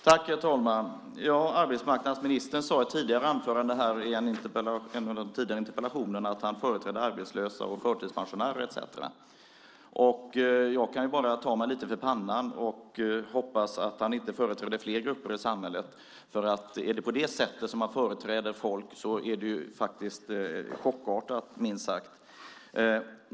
Herr talman! Arbetsmarknadsministern sade i ett anförande i en av de tidigare interpellationsdebatterna att han företrädde arbetslösa och förtidspensionärer, etcetera. Jag kan bara ta mig lite för pannan och hoppas att han inte företräder fler grupper i samhället. Är det på det sättet som han företräder människor är det minst sagt chockartat.